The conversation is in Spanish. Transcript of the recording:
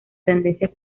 tendencias